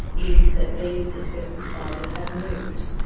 is that these asbestos fibres have moved.